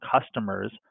customers